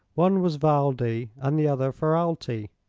one was valdi and the other ferralti,